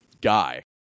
guy